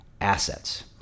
assets